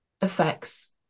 affects